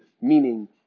meaning